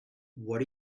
what